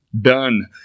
Done